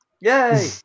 Yay